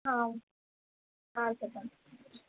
చెప్పండి